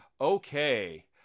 Okay